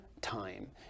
time